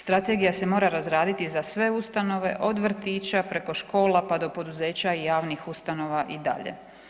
Strategija se mora razraditi za sve ustanove od vrtića preko škola pa do poduzeća i javnih ustanova i dalje.